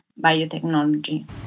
biotechnology